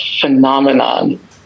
phenomenon